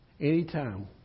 Anytime